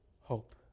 hope